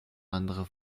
andere